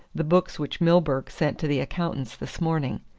the books which milburgh sent to the accountants this morning.